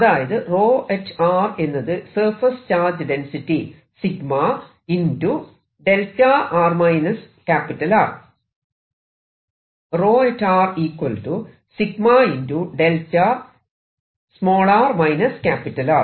അതായത് ρ എന്നത് surface charge density 𝜎 ✕ δ